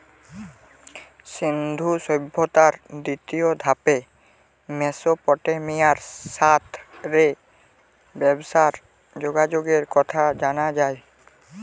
সিন্ধু সভ্যতার দ্বিতীয় ধাপে মেসোপটেমিয়ার সাথ রে ব্যবসার যোগাযোগের কথা জানা যায়